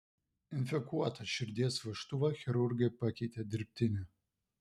infekuotą širdies vožtuvą chirurgai pakeitė dirbtiniu